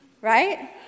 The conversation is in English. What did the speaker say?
Right